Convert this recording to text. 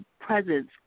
presence